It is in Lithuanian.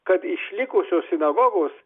kad išlikusios sinagogos